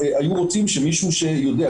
היו רוצים שמישהו שיודע.